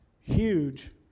huge